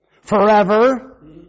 Forever